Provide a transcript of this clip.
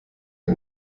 der